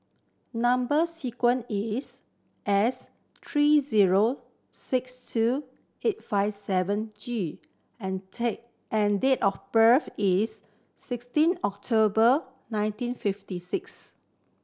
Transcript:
number sequence is S three zero six two eight five seven G and and date of birth is sixteen October nineteen fifty six